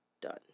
done